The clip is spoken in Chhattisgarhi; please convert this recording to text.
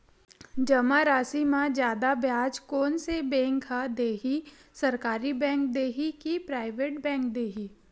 जमा राशि म जादा ब्याज कोन से बैंक ह दे ही, सरकारी बैंक दे हि कि प्राइवेट बैंक देहि?